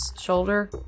shoulder